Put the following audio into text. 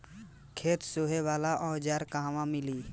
खेत सोहे वाला औज़ार कहवा मिली?